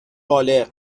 بالغ